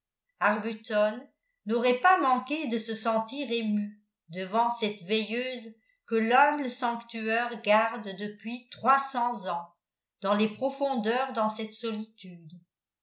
arbuton n'aurait pas manqué de se sentir ému devant cette veilleuse que l'humble sanctuaire garde depuis trois cents ans dans les profondeurs dans cette solitude